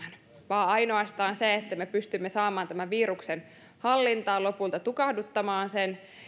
vaan ainoastaan se että me pystymme saamaan tämän viruksen hallintaan ja lopulta tukahduttamaan sen